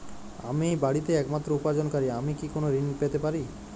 আমি বাড়িতে একমাত্র উপার্জনকারী আমি কি কোনো ঋণ পেতে পারি?